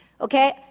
Okay